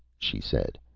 she said,